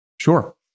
sure